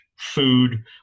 food